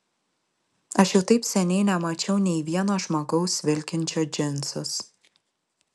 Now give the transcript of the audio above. aš jau taip seniai nemačiau nei vieno žmogaus vilkinčio džinsus